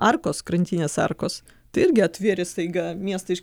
arkos krantinės arkos tai irgi atvėrė staiga miestą iš